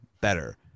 better